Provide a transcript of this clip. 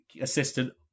assistant